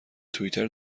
توئیتر